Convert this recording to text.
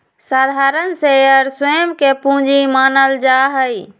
साधारण शेयर स्वयं के पूंजी मानल जा हई